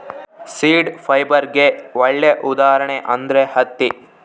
seed ಫೈಬರ್ಗೆ ಒಳ್ಳೆ ಉದಾಹರಣೆ ಅಂದ್ರೆ ಹತ್ತಿ